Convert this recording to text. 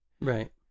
Right